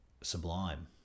sublime